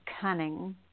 cunning